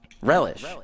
Relish